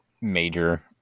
major